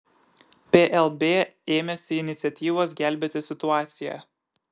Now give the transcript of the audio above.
plb ėmėsi iniciatyvos gelbėti situaciją